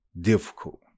difficult